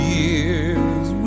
years